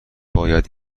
باید